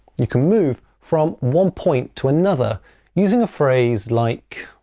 you can move from one point to another using a phrase like